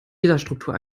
gitterstruktur